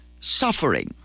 suffering